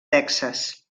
texas